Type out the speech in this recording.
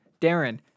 Darren